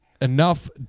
enough